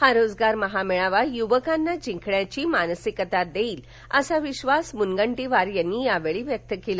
हा रोजगार महामेळावा युवकांना जिंकण्याची मानसिकता देईल असा विक्षास मुनगंटीवार यांनी यावेळी व्यक्त केला